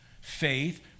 Faith